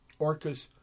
orcas